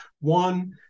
One